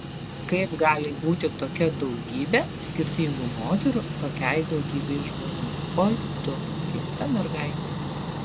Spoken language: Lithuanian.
kaip gali būti tokia daugybe skirtingų moterų tokiai daugybei žmonių oi tu keista mergaite